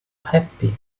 happy